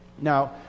Now